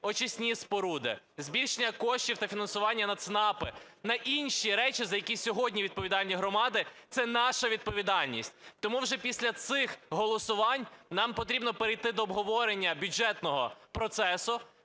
очисні споруди, збільшення коштів та фінансування на ЦНАПи, на інші речі, за які сьогодні відповідальні громади, - це наша відповідальність. Тому вже після цих голосувань нам потрібно перейти до обговорення бюджетного процесу